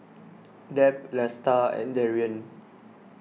Deb Lesta and Darrian